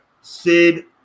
Sid